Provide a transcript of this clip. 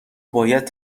باید